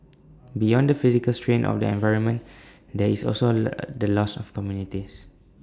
beyond the physical strain of the environment there is also A the loss of communities